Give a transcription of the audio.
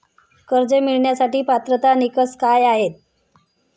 कर्ज मिळवण्यासाठीचे पात्रता निकष काय आहेत?